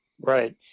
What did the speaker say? Right